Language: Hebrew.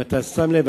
אם אתה שם לב,